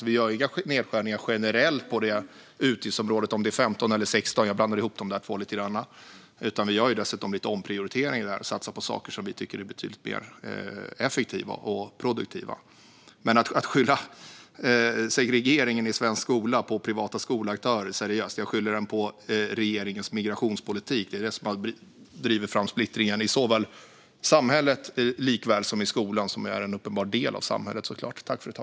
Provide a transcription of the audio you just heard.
Vi gör inga nedskärningar generellt i utgiftsområdet. Jag kommer inte ihåg om det är 15 eller 16; jag blandar ofta ihop dem. Vi gör lite omprioriteringar och satsar på saker som vi tycker är betydligt mer effektiva och produktiva. Att skylla segregeringen i svensk skola på privata skolaktörer - seriöst? Jag skyller den på regeringens migrationspolitik. Det är den som drivit på splittringen i såväl samhället som skolan, som såklart är en uppenbar del av samhället.